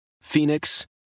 Phoenix